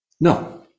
No